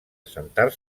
assentar